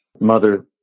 mother